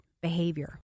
behavior